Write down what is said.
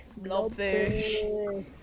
Blobfish